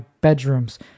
bedrooms